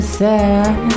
sad